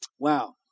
Wow